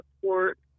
support